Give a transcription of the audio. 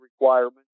requirements